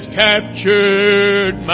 captured